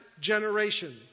generation